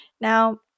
Now